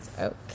Okay